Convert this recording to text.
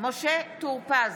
משה טור פז,